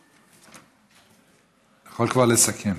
אתה יכול כבר לסכם.